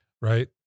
Right